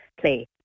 play